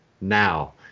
now